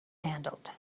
handled